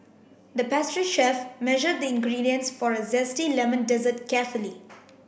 the pastry chef measured the ingredients for a zesty lemon dessert carefully